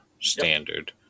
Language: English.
Standard